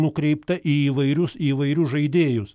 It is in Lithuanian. nukreipta į įvairius į įvairius žaidėjus